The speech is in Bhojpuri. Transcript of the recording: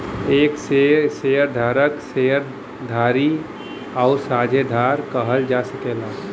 एके शेअर धारक, शेअर धारी आउर साझेदार कहल जा सकेला